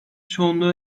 çoğunluğu